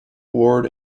ward